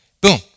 Boom